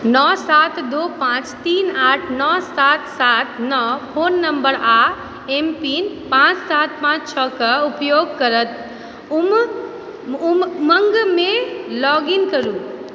नओ सात दू पांँच तीन आठ नओ सात सात सात नओ फोन नम्बर आ एम पिन पांँच सात पांँच छओ कऽ उपयोग करैत उमङ्गमे लॉग इन करू